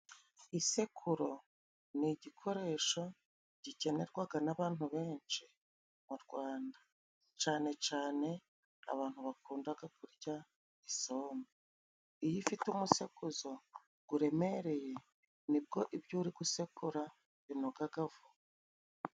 Isekururo ni igikoresho gikenerwaga n'abantu benshi mu Rwanda, cane cane abantu bakundaga kurya isombe. Iyo ifite umusekuzo guremereye nibwo ibyo uri gusekura binogaga vuba.